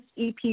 EP